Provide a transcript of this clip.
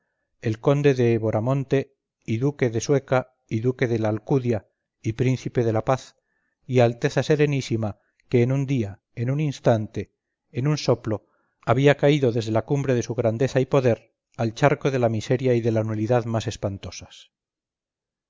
el conde de eboramonte y duque de sueca y duque de la alcudia y príncipe de la paz y alteza serenísima que en un día en un instante en un soplo había caído desde la cumbre de su grandeza y poder al charco de la miseria y de la nulidad más espantosas